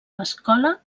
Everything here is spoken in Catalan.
escola